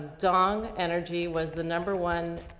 dong energy was the number one,